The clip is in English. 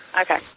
Okay